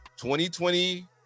2020